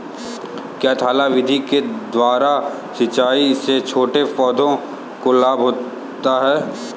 क्या थाला विधि के द्वारा सिंचाई से छोटे पौधों को लाभ होता है?